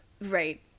Right